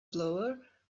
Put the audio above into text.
blower